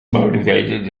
motivated